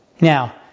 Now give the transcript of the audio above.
Now